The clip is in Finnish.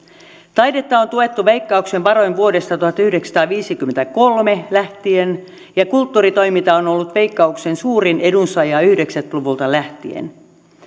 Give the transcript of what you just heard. taidetta on tuettu veikkauksen varoin vuodesta tuhatyhdeksänsataaviisikymmentäkolme lähtien ja kulttuuritoiminta on ollut veikkauksen suurin edunsaaja yhdeksänkymmentä luvulta lähtien